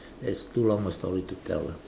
as too long a story to tell lah